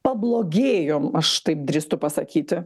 pablogėjom aš taip drįstu pasakyti